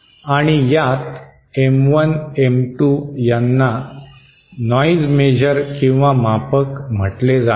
आणि यात M1 M2 यांना नॉइज मेजर किंवा मापक म्हटले जाते